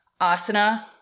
asana